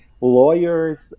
lawyers